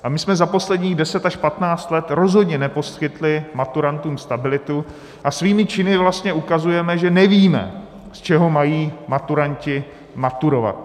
A my jsme za posledních 10 až 15 let rozhodně neposkytli maturantům stabilitu a svými činy vlastně ukazujeme, že nevíme, z čeho mají maturanti maturovat.